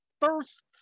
first